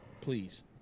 Please